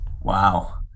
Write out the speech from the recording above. Wow